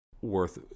worth